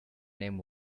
name